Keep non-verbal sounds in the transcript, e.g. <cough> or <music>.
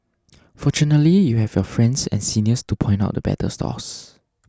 <noise> fortunately you have your friends and seniors to point out the better stalls